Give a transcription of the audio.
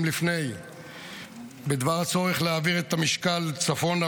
לפני בדבר הצורך להעביר את המשקל צפונה,